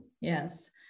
yes